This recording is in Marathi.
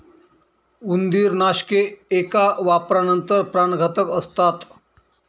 उंदीरनाशके एका वापरानंतर प्राणघातक असतात